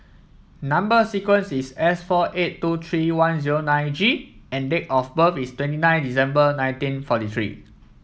number sequence is S four eight two three one zero nine G and date of birth is twenty nine December nineteen forty three